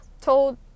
told